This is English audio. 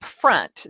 front